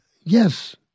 Yes